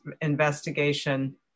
investigation